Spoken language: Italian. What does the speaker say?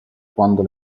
quando